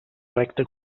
recta